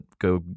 go